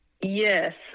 Yes